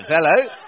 Hello